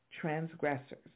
transgressors